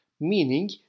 meaning